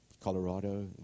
Colorado